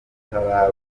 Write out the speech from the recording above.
bitaraba